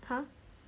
!huh!